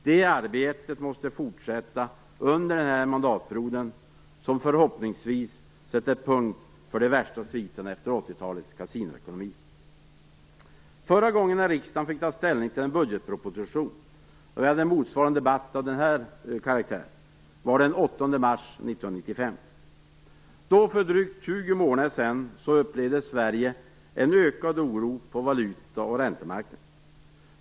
Det arbetet måste fortsätta under den här mandatperioden, som förhoppningsvis sätter punkt för de värsta sviterna efter Förra gången riksdagen fick ta ställning till en budgetproposition, och det fördes en motsvarande debatt av denna karaktär, var den 8 mars 1995. Då, för drygt 20 månader sedan, upplevde Sverige en ökad oro på valuta och räntemarknaderna.